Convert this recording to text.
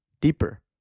deeper